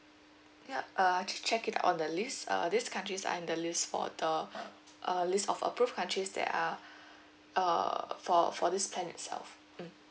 yup uh I actually checked in out on the list uh these countries are in the list for the uh list of approved countries that are uh for for this plan itself mm